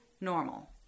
normal